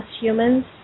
humans